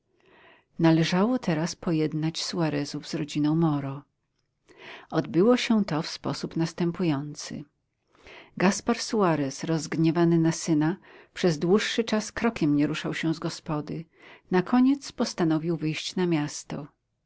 należało teraz pojednać suarezów z rodziną moro odbyło się to w sposób następujący gaspar suarez rozgniewany na syna przez dłuższy czas krokiem nie ruszał się z gospody na koniec postanowił wyjść na miasto